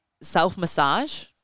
self-massage